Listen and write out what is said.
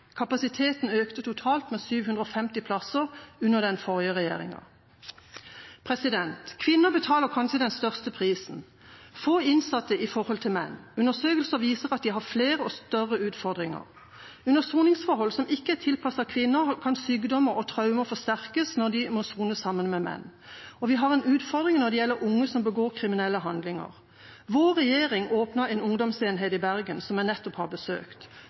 Kapasiteten økte totalt med 750 plasser under den forrige regjeringa. Kvinner betaler kanskje den største prisen. De er få innsatte, i forhold til menn. Undersøkelser viser at de har flere og større utfordringer. Under soningsforhold som ikke er tilpasset kvinner, kan sykdommer og traumer forsterkes når de må sone sammen med menn. Vi har en utfordring når det gjelder unge som begår kriminelle handlinger. Vår regjering åpnet en ungdomsenhet i Bergen, som jeg nettopp har besøkt.